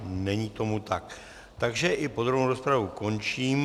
Není tomu tak, takže i podrobnou rozpravu končím.